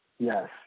Yes